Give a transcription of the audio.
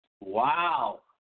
Wow